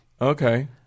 Okay